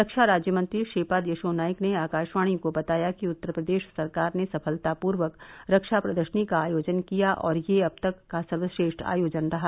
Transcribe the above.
रक्षा राज्यमंत्री श्रीपद यशो नाइक ने आकाशवाणी को बताया कि उत्तर प्रदेश सरकार ने सफलतापूर्वक रक्षा प्रदर्शनी का आयोजन किया और यह अब तक का सर्वश्रेष्ठ आयोजन रहा